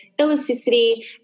elasticity